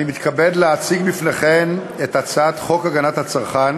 אני מתכבד להציג בפניכם את הצעת חוק הגנת הצרכן